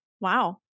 Wow